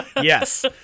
yes